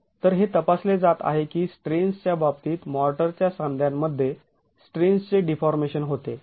तर हे तपासले जात आहे की स्ट्रेन्सच्या बाबतीत मॉर्टरच्या सांध्यांमध्ये स्ट्रेन्सचे डीफॉर्मेशन होते